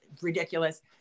ridiculous